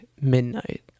midnight